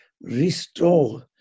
restore